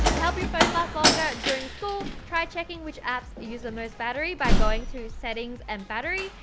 help your phone last, longer during school, try checking which apps use the most battery, by going to settings, and battery,